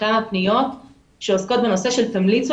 כמה פניות שעוסקות בנושא של: תמליצו